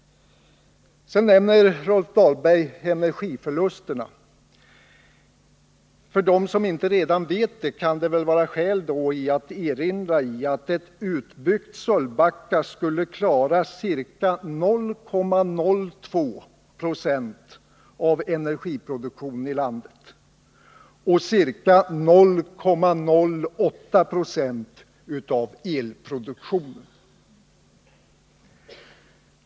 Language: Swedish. Sedan nämner Rolf Dahlberg energiförlusterna. För dem som inte redan vet det kan det finnas skäl att erinra om att en utbyggnad av Sölvbackaströmmarna skulle klara ca 0,02 96 av energiproduktionen i landet och ca 0,08 26 av elproduktionen.